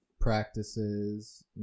practices